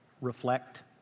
reflect